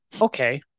Okay